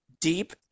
deep